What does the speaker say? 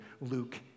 Luke